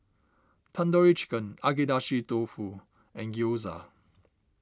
Tandoori Chicken Agedashi Dofu and Gyoza